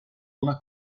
una